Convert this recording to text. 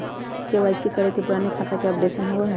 KYC करें से पुराने खाता के अपडेशन होवेई?